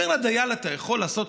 אומר לדייל: אתה יכול לעשות?